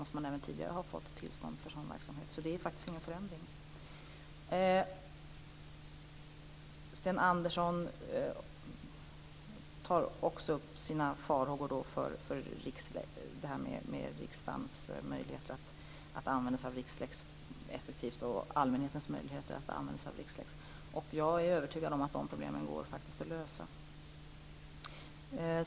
Så där har det inte skett någon förändring. Sten Andersson tar också upp sina farhågor när det gäller möjligheten för riksdagen och allmänheten att använda sig av Rixlex effektivt. Jag är övertygad om att dessa problem går att lösa.